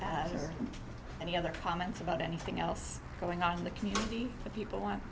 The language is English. has or any other comments about anything else going on in the community that people